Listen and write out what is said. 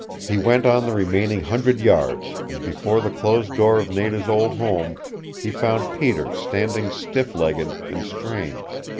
he went on the remaining hundred yards and before the closed door of nada's old home he found peter standing stiff-legged and strange.